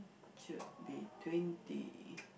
should be twenty